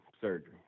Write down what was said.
surgery